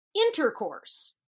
Intercourse